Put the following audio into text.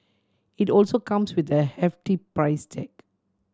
it also comes with a hefty price tag